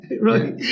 right